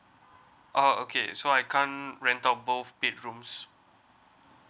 oh okay so I can't rent out both bedrooms